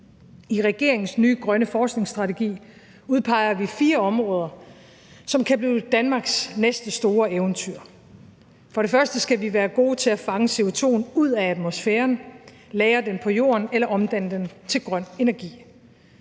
I regeringens nye grønne forskningsstrategi udpeger vi fire områder, som kan blive Danmarks næste store eventyr. For det første skal vi være gode til at fange CO2'en ud af atmosfæren, lagre den på jorden eller omdanne den til grøn energi.